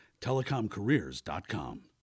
TelecomCareers.com